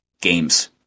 games